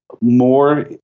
more